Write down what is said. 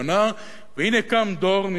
והנה קם דור, נראה לפתע,